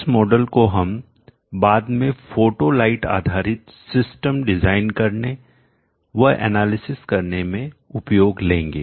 इस मॉडल को हम बाद में फोटो लाइटआधारित सिस्टम डिजाइन करने व एनालिसिस विश्लेषण करने में उपयोग लेंगे